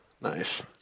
nice